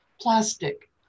plastic